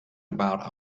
about